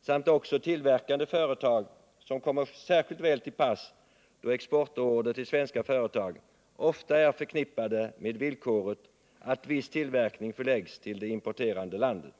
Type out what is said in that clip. samt också tillverkande företag, som kommer särskilt väl till pass, då exportorder till svenska företag ofta är förknippade med villkoret att viss tillverkning förläggs till det importerande landet.